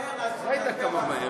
אדוני.